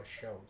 shows